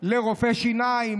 לרופא שיניים,